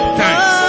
thanks